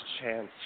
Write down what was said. chance